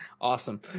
Awesome